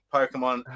Pokemon